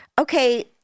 okay